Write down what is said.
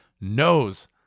knows